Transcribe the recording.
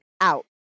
out